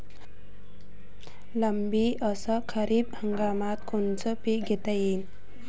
रब्बी अस खरीप हंगामात कोनचे पिकं घेता येईन?